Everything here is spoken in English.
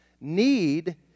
Need